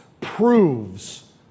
proves